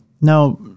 Now